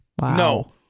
No